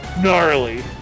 gnarly